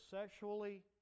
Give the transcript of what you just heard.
sexually